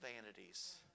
vanities